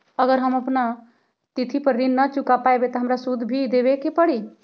अगर हम अपना तिथि पर ऋण न चुका पायेबे त हमरा सूद भी देबे के परि?